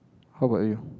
how about you